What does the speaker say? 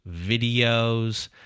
videos